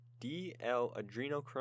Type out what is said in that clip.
DL-Adrenochrome